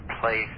place